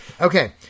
Okay